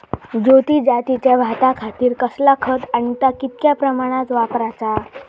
ज्योती जातीच्या भाताखातीर कसला खत आणि ता कितक्या प्रमाणात वापराचा?